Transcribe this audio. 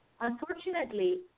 unfortunately